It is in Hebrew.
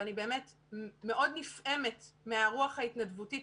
ואני באמת מאוד נפעמת מרוח ההתנדבותית.